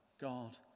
God